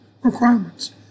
requirements